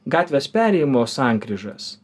gatvės perėjimo sankryžas